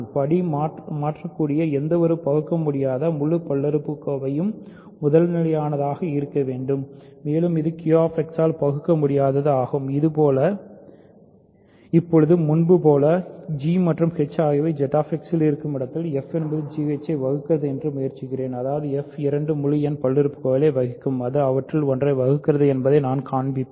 படி மாற்றக்கூடிய எந்தவொரு பகுக்கமுடியாத முழுப் பல்லுறுப்புக்கோவையும் முதல்நிலையானதாக இருக்க வேண்டும் மேலும் இது Q X இல் பகுக்கமுடியாது ஆகும் இப்போது முன்பு போலவே g மற்றும் h ஆகியவை Z X இல் இருக்கும் இடத்தில் f என்பது gh ஐ வகுக்கிறது என்று முயற்சிக்கிறேன் அதாவது f இரண்டு முழு எண் பல்லுறுப்புக்கோவைகளை வகுக்கும் அது அவற்றில் ஒன்றைப் வகுக்கிறது என்பதை நான் காண்பிப்பேன்